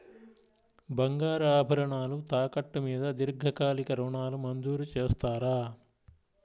బంగారు ఆభరణాలు తాకట్టు మీద దీర్ఘకాలిక ఋణాలు మంజూరు చేస్తారా?